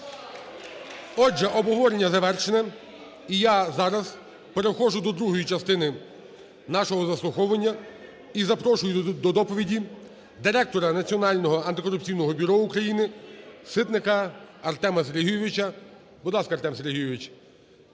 Отже, обговорення завершено і я зараз переходжу до другої частини нашого заслуховування і запрошую до доповіді Директора Національного антикорупційного бюро України Ситника Артема Сергійовича. Будь ласка, Артем Сергійович.